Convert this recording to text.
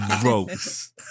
Gross